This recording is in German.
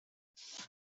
fakt